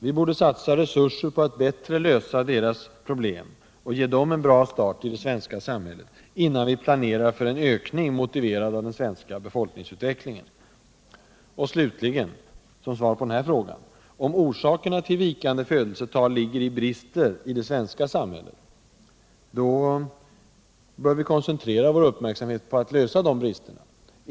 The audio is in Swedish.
Vi borde satsa resurser på att bättre lösa invandrarnas problem och ge dem en bra start i det svenska samhället, innan vi planerar för en ökning motiverad av den svenska befolkningsutvecklingen. Slutligen, som svar på den här frågan: Om orsakerna till vikande födelsetal ligger i brister i det svenska samhället, då bör vi väl koncentrera vår uppmärksamhet på att lösa dessa brister?